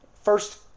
first